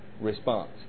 response